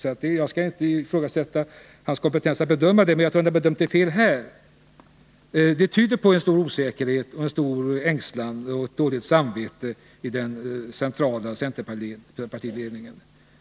Utan att vilja ifrågasätta den här personens kompetens att bedöma socialdemokraternas ställningstagande måste jag säga att uttalandet tyder på en stor osäkerhet, en stor ängslan och ett dåligt samvete inom den centrala centerpartiledningen.